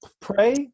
Pray